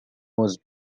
was